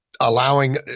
allowing